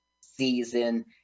season